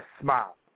smile